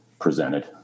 presented